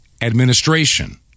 administration